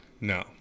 No